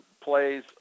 plays